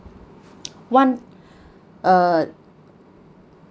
one uh